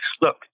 Look